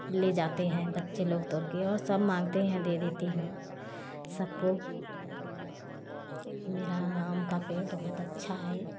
ले जाते हैं बच्चे लोग तोड़ के और सब मांगते हैं दे देती हूँ सबको मेरा आम का पेड़ बहुत अच्छा है